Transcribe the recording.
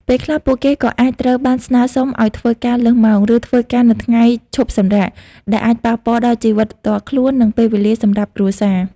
ពេលខ្លះពួកគេក៏អាចត្រូវបានស្នើសុំឲ្យធ្វើការលើសម៉ោង ឬធ្វើការនៅថ្ងៃឈប់សម្រាក ដែលអាចប៉ះពាល់ដល់ជីវិតផ្ទាល់ខ្លួន និងពេលវេលាសម្រាប់គ្រួសារ។